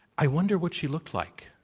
i wonder what she looked like,